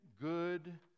good